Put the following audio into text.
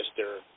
Mr